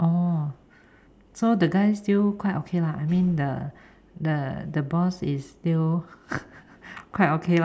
orh so the guy still quite okay lah I mean the boss is still quite okay